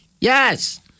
Yes